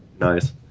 nice